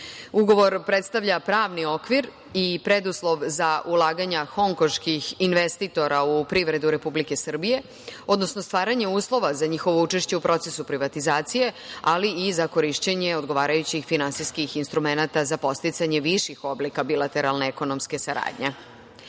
Ugovor predstavlja pravni okvir i preduslov za ulaganja honkoških investitora u privredu Republike Srbije, odnosno stvaranje uslova za njihovo učešće u procesu privatizacije, ali i za korišćenje odgovarajućih finansijskih instrumenata za podsticanje viših oblika bilateralne ekonomske saradnje. Na